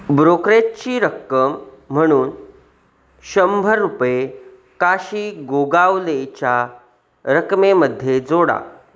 ब्रोकरेजची रक्कम म्हणून शंभर रुपये काशी गोगावलेच्या रकमेमध्ये जोडा